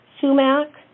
sumac